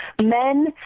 men